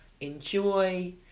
enjoy